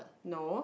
no